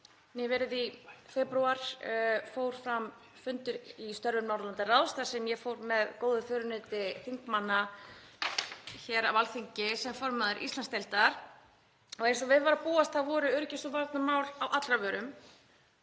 Nýverið, í febrúar, fór fram fundur í störfum Norðurlandaráðs þar sem ég fór ásamt góðu föruneyti þingmanna hér á Alþingi sem formaður Íslandsdeildar og eins og við var að búast voru öryggis- og varnarmál á allra vörum.